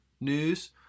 news